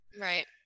right